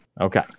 Okay